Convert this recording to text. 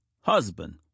husband